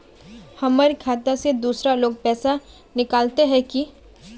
हमर खाता से दूसरा लोग पैसा निकलते है की?